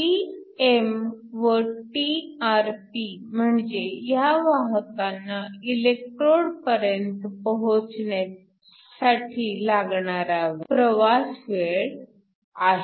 Trn व Trp म्हणजे ह्या वाहकांना इलेकट्रोडपर्यंत पोहचण्यासाठी लागणारा प्रवास वेळ आहे